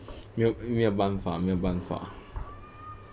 没有没有办法